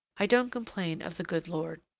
i don't complain of the good lord.